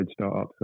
startups